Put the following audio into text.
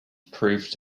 proved